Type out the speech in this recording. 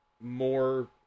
more